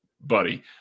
buddy